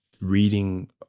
reading